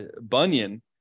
Bunyan